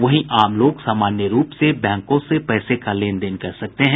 वहीं आम लोग सामान्य रूप से बैंकों से पैसे का लेनदेन कर सकते हैं